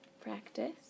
practice